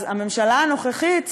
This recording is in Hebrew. אז הממשלה הנוכחית,